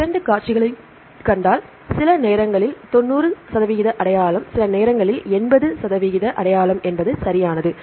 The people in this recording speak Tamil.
2 காட்சிகளைக் கண்டால் சில நேரங்களில் 90 சதவீத அடையாளம் சில நேரங்களில் 80 சதவீதம் அடையாளம் என்பது சரியானது